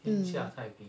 ya